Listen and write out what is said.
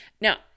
Now